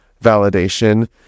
validation